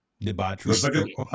debauchery